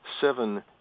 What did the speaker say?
seven